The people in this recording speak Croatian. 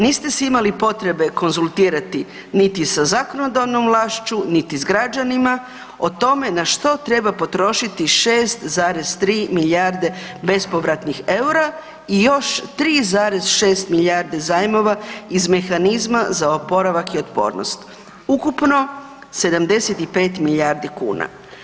Niste se imali potrebe konzultirati niti sa zakonodavnom vlašću niti s građanima o tome na što treba potrošiti 6,3 milijarde bespovratnih EUR-a i još 3,6 milijardi zajmova iz Mehanizma za oporavak i otpornost, ukupno 75 milijardi kuna.